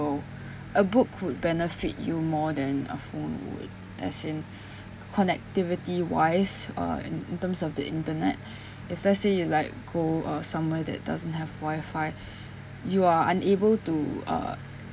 so a book could benefit you more than a phone would as in connectivity wise uh in terms of the internet if let's say you like go uh somewhere that doesn't have wifi you are unable to uh